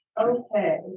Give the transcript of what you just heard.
Okay